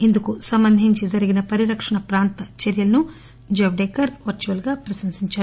ఇందుకు సంబంధించి జరిగిన పరిరక్షణ ప్రాంత చర్వలను జావడేకర్ వర్చువల్గా ప్రశంసించారు